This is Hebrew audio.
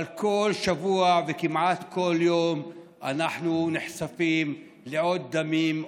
אבל כל שבוע וכמעט כל יום אנחנו נחשפים לעוד דמים,